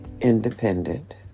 independent